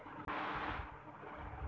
गवाह के खाता उ बैंक में होए के चाही